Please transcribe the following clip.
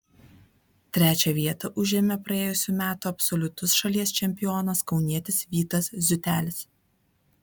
trečią vietą užėmė praėjusių metų absoliutus šalies čempionas kaunietis vytas ziutelis